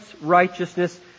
righteousness